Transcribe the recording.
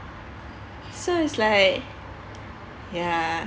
so it's like ya